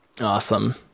awesome